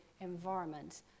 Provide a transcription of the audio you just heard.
environment